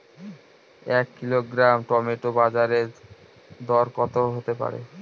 এক kilogram tomato বাজের দরকত হতে পারে?